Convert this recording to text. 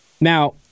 Now